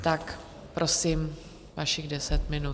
Tak prosím, vašich deset minut.